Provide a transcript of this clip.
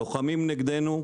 לוחמים נגדנו,